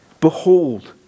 behold